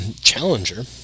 challenger